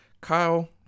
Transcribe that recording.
Kyle